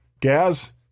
Gaz